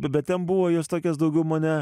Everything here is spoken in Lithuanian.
bet ten buvo jos tokios daugiau mane